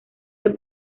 del